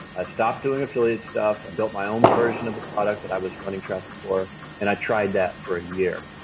i stopped doing affiliate stuff and built my own version of the product that i was running traffic for and i tried that for a year.